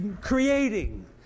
creating